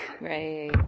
Right